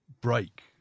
break